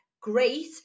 great